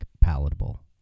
palatable